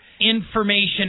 information